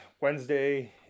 Wednesday